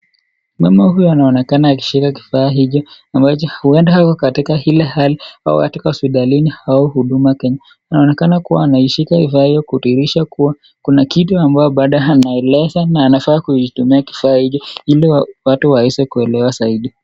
Mama huyu anaonekana akishika kifaa hicho ambacho huenda ako katika ile hali au katika hospitalini au huduma Kenya. Anaonekana kuwa anaishika kifaa hicho kudhihirisha kuwa kuna kitu ambayo bado anaeleza na anafaa kuitumia kifaa hicho ili watu waweze kuelewa zaidi.